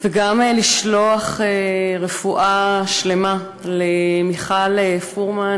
וגם לאחל רפואה שלמה למיכל פרומן,